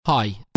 Hi